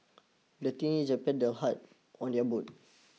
the teenager paddled hard on their boat